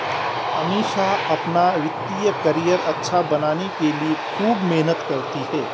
अमीषा अपना वित्तीय करियर अच्छा बनाने के लिए खूब मेहनत करती है